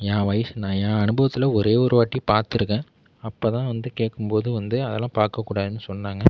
என் வயது என் அனுபவத்தில் ஒரே ஒரு வாட்டி பார்த்துருக்கேன் அப்போதான் வந்து கேட்கும்போது வந்து அதெலாம் பார்க்கக்கூடாதுன்னு சொன்னாங்க